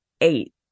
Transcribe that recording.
eight